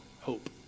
hope